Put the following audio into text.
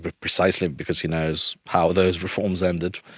but precisely because he knows how those reforms ended.